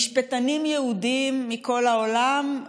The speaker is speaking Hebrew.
משפטנים יהודים מכל העולם,